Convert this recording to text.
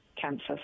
cancer